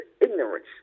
ignorance